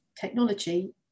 technology